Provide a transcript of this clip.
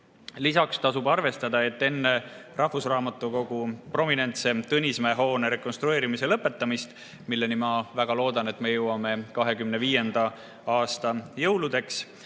Lisaks tasub arvestada, et enne rahvusraamatukogu prominentse Tõnismäe hoone rekonstrueerimise lõpetamist, milleni – ma väga loodan – me jõuame 2025. aasta jõuludeks,